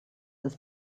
his